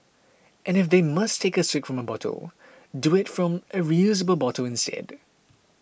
and if they must take a swig from a bottle do it from a reusable bottle instead